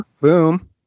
Boom